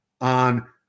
on